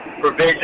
provision